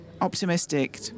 optimistic